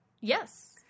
yes